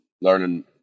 learning